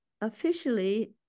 officially